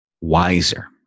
wiser